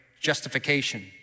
justification